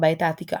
בעת העתיקה